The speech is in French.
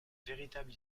véritable